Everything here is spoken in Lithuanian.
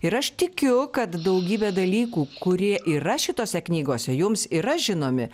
ir aš tikiu kad daugybė dalykų kurie yra šitose knygose jums yra žinomi